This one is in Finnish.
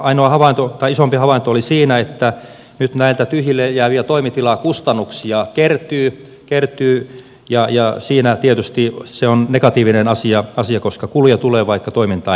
ainoa isompi havainto oli siinä että nyt näitä tyhjilleen jäävien toimitilojen kustannuksia kertyy ja siinä tietysti se on negatiivinen asia koska kuluja tulee vaikka toimintaa ei ole